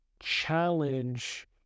challenge